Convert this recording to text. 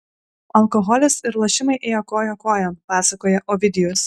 alkoholis ir lošimai ėjo koja kojon pasakoja ovidijus